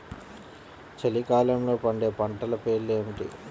చలికాలంలో పండే పంటల పేర్లు ఏమిటీ?